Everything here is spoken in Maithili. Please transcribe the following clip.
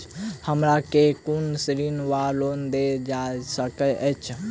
हमरा केँ कुन ऋण वा लोन देल जा सकैत अछि?